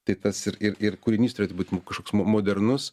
tai tas ir ir ir kūrinys turėtų būti nu kažkoks modernus